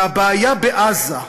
והבעיה בעזה,